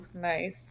nice